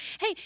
Hey